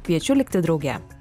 kviečiu likti drauge